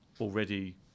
already